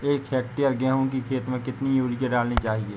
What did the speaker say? एक हेक्टेयर गेहूँ की खेत में कितनी यूरिया डालनी चाहिए?